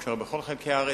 מה שקורה בכל חלקי הארץ.